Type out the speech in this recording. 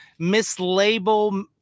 mislabel